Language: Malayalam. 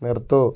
നിർത്തൂ